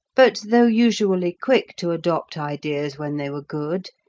but though usually quick to adopt ideas when they were good,